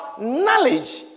knowledge